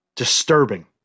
disturbing